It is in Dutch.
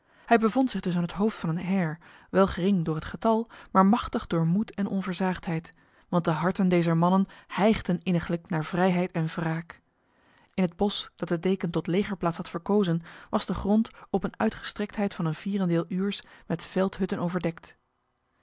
hij bevond zich dus aan het hoofd van een heir wel gering door het getal maar machtig door moed en onversaagdheid want de harten dezer mannen hijgden inniglijk naar vrijheid en wraak in het bos dat de deken tot legerplaats had verkozen was de grond op een uitgestrektheid van een vierendeel uurs met veldhutten overdekt